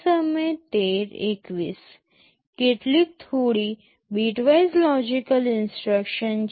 ત્યાં કેટલીક bitwise logical instructions છે